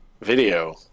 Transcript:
video